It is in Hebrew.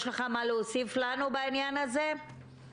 יש לך מה להוסיף לנו בעניין הזה או